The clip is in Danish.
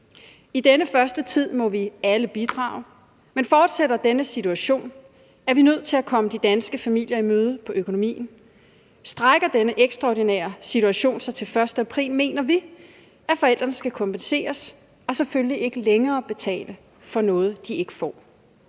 I denne første tid må vi alle bidrage, men fortsætter denne situation, er vi nødt til at komme de danske familier i møde på økonomien. Strækker denne ekstraordinære situation sig til den 1. april, mener vi, at forældrene skal kompenseres og selvfølgelig ikke længere betale for noget, de ikke får.